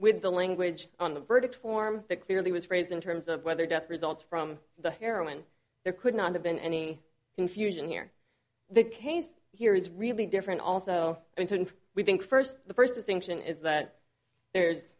with the language on the verdict form that clearly was raised in terms of whether jeff results from the heroin there could not have been any confusion here the case here is really different also and we think first the first distinction is that there's